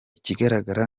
ikigaragara